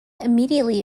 immediately